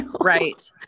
right